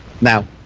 Now